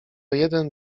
jeden